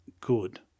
good